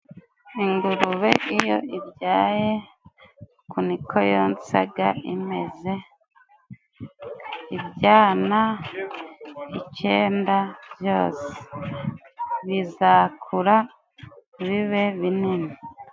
Ingurube iyo ibyaye uku ni ko yonsaga imeze. Ibyana icyenda byose bizakura bibe binini.